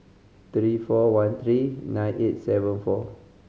three four one three nine eight seven four